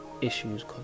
issues